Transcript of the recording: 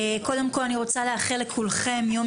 קודם כל אני רוצה לאחל לכולכם יום